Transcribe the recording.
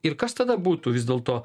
ir kas tada būtų vis dėlto